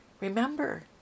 Remember